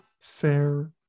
fair